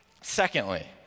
Secondly